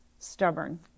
Stubborn